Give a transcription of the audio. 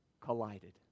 collided